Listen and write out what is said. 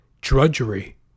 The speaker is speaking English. drudgery